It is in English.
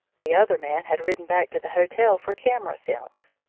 the other man had ridden back to the hotel for camera films.